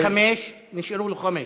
הוא דיבר חמש, נשארו לו חמש.